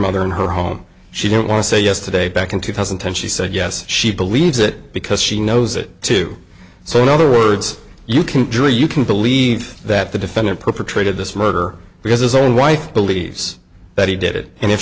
mother in her home she didn't want to say yesterday back in two thousand and ten she said yes she believes it because she knows it too so in other words you can draw you can believe that the defendant perpetrated this murder because his own wife believes that he did it and if